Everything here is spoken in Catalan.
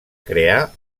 crear